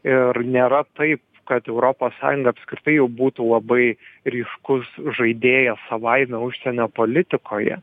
ir nėra taip kad europos sąjunga apskritai jau būtų labai ryškus žaidėjas savaime užsienio politikoje